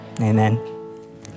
Amen